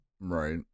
Right